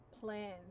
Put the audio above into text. plans